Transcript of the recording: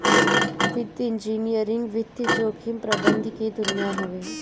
वित्तीय इंजीनियरिंग वित्तीय जोखिम प्रबंधन के दुनिया हवे